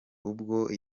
ubwo